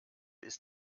ist